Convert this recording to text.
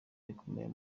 rikomeye